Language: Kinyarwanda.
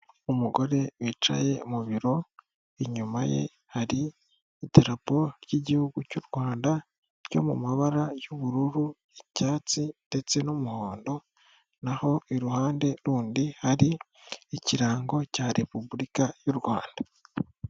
Umugore wicaye mu biro inyuma ye hari idarapo ry'igihugu cy'u Rwanda ryo mu mabara y'ubururu, icyatsi ndetse n'umuhondo, naho iruhande rundi hari ikirango cya repubulika y'u Rwanda.